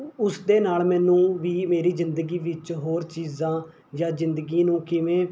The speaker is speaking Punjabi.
ਉਸਦੇ ਨਾਲ ਮੈਨੂੰ ਵੀ ਮੇਰੀ ਜ਼ਿੰਦਗੀ ਵਿੱਚ ਹੋਰ ਚੀਜ਼ਾਂ ਜਾਂ ਜ਼ਿੰਦਗੀ ਨੂੰ ਕਿਵੇਂ